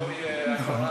שלא יהיה עין הרע.